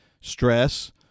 stress